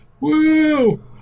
Woo